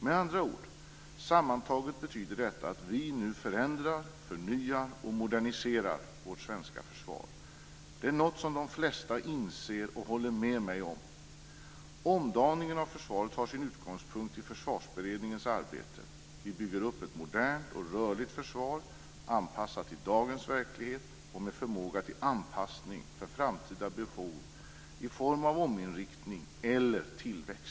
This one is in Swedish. Med andra ord: sammantaget betyder detta att vi nu förändrar, förnyar och moderniserar vårt svenska försvar. Det är något som de flesta inser och håller med mig om. Omdaningen av försvaret har sin utgångspunkt i Försvarsberedningens arbete. Vi bygger upp ett modernt och rörligt försvar, anpassat till dagens verklighet och med förmåga till anpassning för framtida behov i form av ominriktning eller tillväxt.